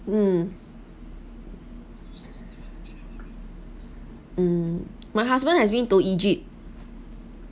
mm mm my husband has been to egypt